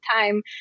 time